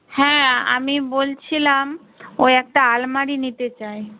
হ্যাঁ আমি বলছিলাম ওই একটা আলমারি নিতে চাই